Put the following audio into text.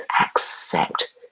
accept